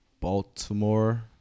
Baltimore